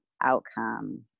outcome